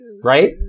right